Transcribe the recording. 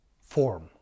form